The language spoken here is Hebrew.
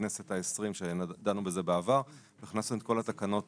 מהכנסת ה-20 כשדנו בזה בעבר, הכנסנו את כל התקנות